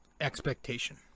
expectation